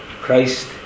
Christ